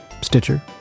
Stitcher